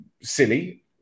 silly